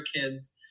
kids